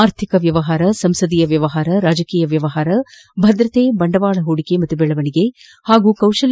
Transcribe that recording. ಆರ್ಥಿಕ ವ್ಯವಹಾರ ಸಂಸದೀಯ ವ್ಯವಹಾರ ರಾಜಕೀಯ ವ್ಯವಹಾರ ಭದ್ರತೆ ಬಂಡವಾಳ ಪೂಡಿಕೆ ಮತ್ತು ಬೆಳವಣಿಗೆ ಹಾಗೂ ಕೌಶಲ್ಲ